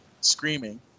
screaming